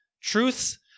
Truths